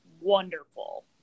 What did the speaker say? wonderful